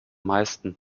meisten